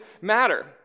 matter